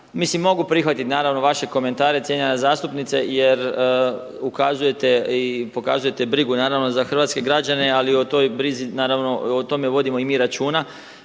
Mislim mogu prihvatiti naravno vaše komentare cijenjena zastupnice jer ukazujete i pokazujete brigu naravno za hrvatske građane ali o toj brizi, naravno o tome vodimo i mi računa.